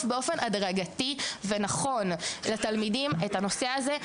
באופן הדרגתי ונכון לתלמידים את הנושא הזה,